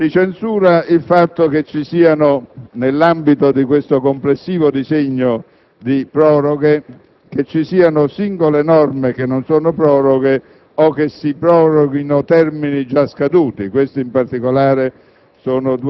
Si censura il fatto che, nell'ambito di questo complessivo disegno di proroghe, ci siano singole norme che non sono proroghe, o che si proroghino termini già scaduti. Questi, in particolare,